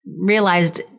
realized